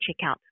checkout